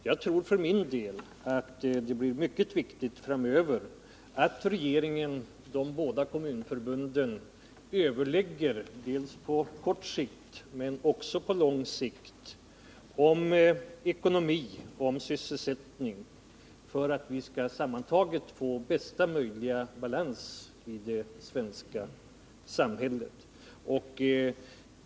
Jag tror för min del att det blir mycket viktigt framöver att regeringen och de båda kommunförbunden överlägger om ekonomi och sysselsättning både på kort och på lång sikt för att vi sammantaget skall få bästa möjliga balans i det svenska samhället.